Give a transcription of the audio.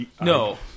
No